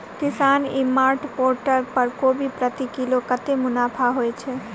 किसान e mart portal पर कोबी प्रति किलो कतै मुनाफा होइ छै?